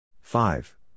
Five